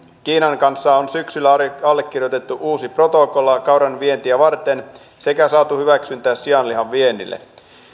kiinan kanssa on syksyllä allekirjoitettu uusi protokolla kauran vientiä varten sekä saatu hyväksyntä sianlihan viennille